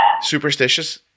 superstitious